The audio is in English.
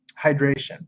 hydration